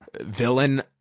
villain